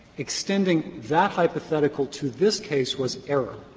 extending that hypothetical to this case was error.